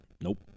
Nope